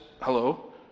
hello